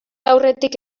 aurretik